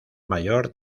mayor